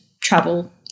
travel